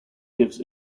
gives